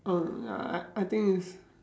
err ya I I think is